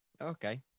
Okay